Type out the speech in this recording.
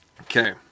Okay